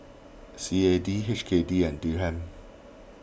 C A D H K D and Dirham